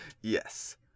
Yes